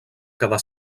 quedar